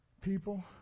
People